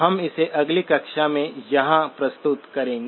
हम इसे अगली कक्षा में यहाँ प्रस्तुत करेंगे